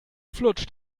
flutscht